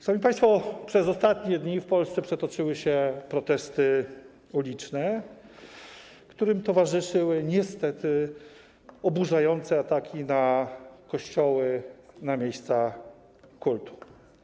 Szanowni państwo, w ostatnich dniach przez Polskę przetoczyły się protesty uliczne, którym towarzyszyły niestety oburzające ataki na kościoły, na miejsca kultu.